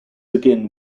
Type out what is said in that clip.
again